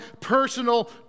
personal